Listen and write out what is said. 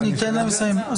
ניתן להם לסיים.